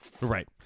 right